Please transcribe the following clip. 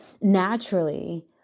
naturally